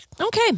Okay